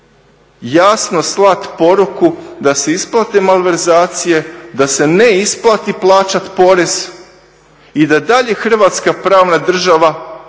jasno slati poruku da se isplate malverzacije, da se ne isplati plaćati porez i da i dalje Hrvatska pravna država i